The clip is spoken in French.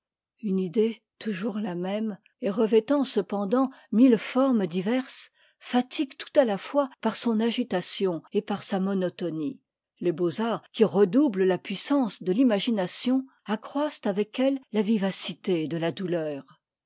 une idée toujours la même et revêtant cependant mille formes diverses fatigue tout à la fois par son agitation et par sa monotonie les beauxarts qui redoublent la puissance de l'imagination accroissent avec elle la vivacité de la douleur